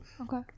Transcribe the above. Okay